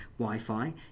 Wi-Fi